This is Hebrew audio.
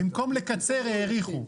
במקום לקצר האריכו.